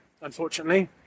unfortunately